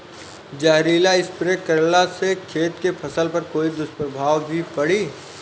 जहरीला स्प्रे करला से खेत के फसल पर कोई दुष्प्रभाव भी पड़ी?